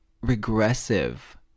regressive